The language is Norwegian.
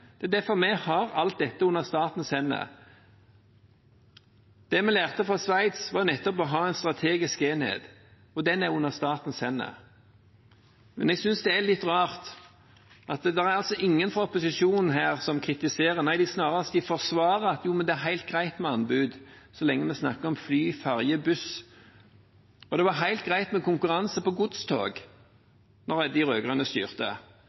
Det er derfor vi har alt dette under statens hender. Det vi lærte fra Sveits, var nettopp å ha en strategisk enhet, og den er under statens hender. Jeg synes det er litt rart at ingen fra opposisjonen kritiserer, men snarere forsvarer og sier det er helt greit med anbud så lenge vi snakker om fly, ferje og buss. Det var helt greit med konkurranse på godstog da de rød-grønne styrte,